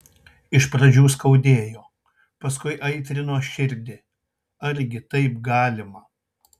iš pradžių skaudėjo paskui aitrino širdį argi taip galima